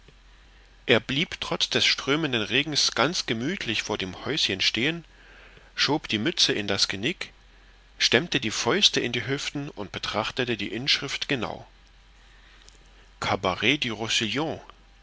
er blieb trotz des strömenden regens ganz gemüthlich vor dem häuschen stehen schob die mütze in das genick stemmte die fäuste in die hüften und betrachtete die inschrift genau cabaret